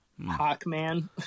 Hawkman